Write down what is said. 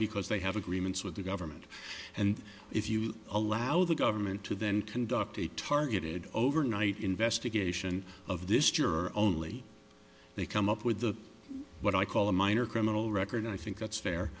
because they have agreements with the government and if you allow the government to then conduct a targeted overnight investigation of this juror only they come up with the what i call a minor criminal record i think that's fair